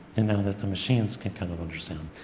and now that the machines can kind of understand.